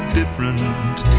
different